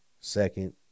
second